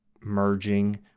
merging